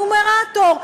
הנומרטור.